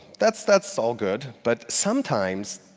that's that's all good. but sometimes,